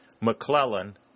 McClellan